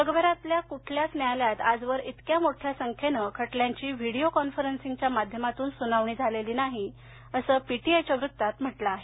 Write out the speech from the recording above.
जगभरातील कुठल्याच न्यायालयात आजवर इतक्या मोठ्या संख्येनं खटल्यांची व्हिडीओ कोनफरसिंगच्या माध्यमातून सुनावणी झालेली नाही अस पी टी आय च्या वृत्तात म्हटल आहे